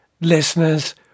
listeners